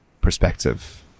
perspective